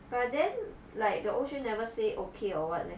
but then like the 欧萱 never say okay or what meh